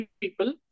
people